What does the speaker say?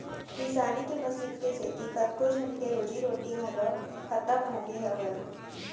किसानी के मसीन के सेती कतको झन के रोजी रोटी घलौ खतम होगे हावय